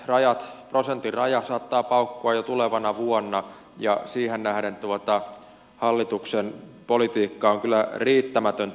se prosentin raja saattaa paukkua jo tulevana vuonna ja siihen nähden hallituksen politiikka on kyllä riittämätöntä